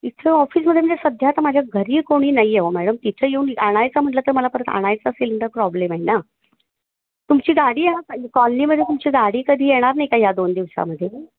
इथं ऑफिसमध्ये म्हणजे सध्या आता माझ्या घरी कोणी नाही आहे ओ मॅडम तिथं येऊन आणायचा म्हटलं तर मला परत आणायचा सिलेंडर प्रॉब्लेम आहे ना तुमची गाडी या कॉलनीमध्ये तुमची गाडी कधी येणार नाही का या दोन दिवसामध्ये